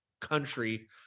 country